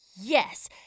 yes